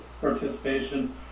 participation